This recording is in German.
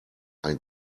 ein